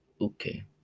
Okay